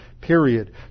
period